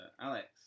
Alex